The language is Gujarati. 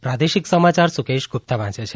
પ્રાદેશિક સમાચાર સુકેશ ગુપ્તા વાંચે છે